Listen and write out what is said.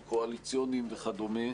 קואליציוניים וכדומה.